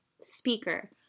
speaker